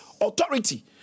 authority